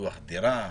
דירה,